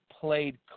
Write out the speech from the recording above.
played